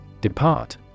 Depart